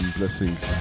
blessings